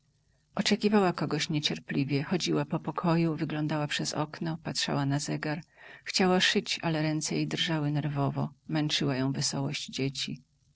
oczekiwała kogoś niecierpliwie chodziła po pokoju wyglądała przez okno patrzała na zegar chciała szyć ale ręce jej drżały nerwowo męczyła ją wesołość dzieci